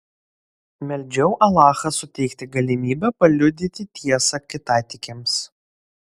meldžiau alachą suteikti galimybę paliudyti tiesą kitatikiams